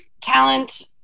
talent